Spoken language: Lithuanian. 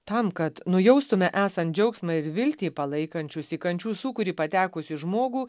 tam kad nujaustume esant džiaugsmą ir viltį palaikančius į kančių sūkurį patekusį žmogų